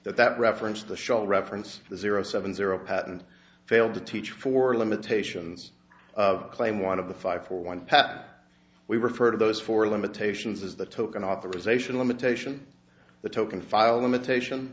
that that reference the shell reference zero seven zero patent failed to teach for limitations claim one of the five for one pat we refer to those four limitations as the token authorization limitation the token file limitation